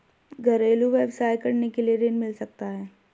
घरेलू व्यवसाय करने के लिए ऋण मिल सकता है?